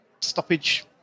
stoppage